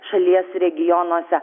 šalies regionuose